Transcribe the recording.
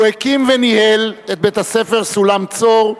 הוא הקים וניהל את בית-הספר "סולם-צור",